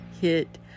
hit